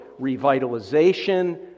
revitalization